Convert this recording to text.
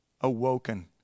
awoken